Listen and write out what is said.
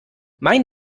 mein